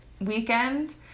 weekend